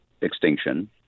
extinction